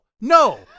no